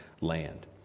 land